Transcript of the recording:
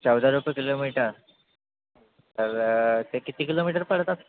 चौदा रुपये किलोमीटर तर ते किती किलोमीटर पडतात